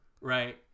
right